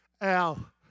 Al